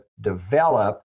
develop